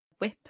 Whip